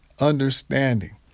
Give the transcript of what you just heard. understanding